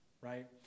right